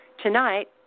Tonight